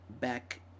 back